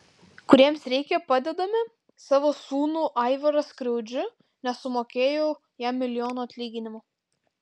kuriems reikia padedame savo sūnų aivarą skriaudžiu nesumokėjau jam milijono atlyginimo